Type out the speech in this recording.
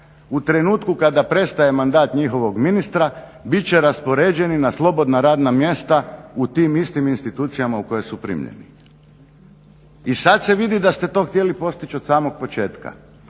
u trenutku kada prestaje mandat njihovog ministra bit će raspoređeni na slobodna radna mjesta u tim istim institucijama u koje su primljeni. I sada se vidi da ste to htjeli postići od samog početka.